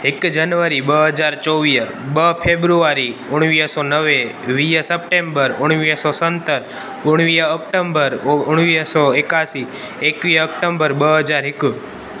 हिक जनवरी ॿ हज़ार चोवीह ॿ फेब्रुआरी उणिवीह सौ नवें वीह सेप्टेम्बर उणिवीह सौ सतर उणिवीह ऑक्टोम्बर उणिवीह सौ एकासी एकवीह ऑक्टोम्बर ॿ हज़ार हिक